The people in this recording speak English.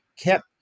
kept